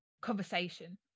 conversation